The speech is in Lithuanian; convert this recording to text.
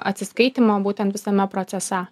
atsiskaitymo būtent visame procese